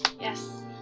Yes